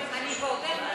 אני ועוד איך רשומה.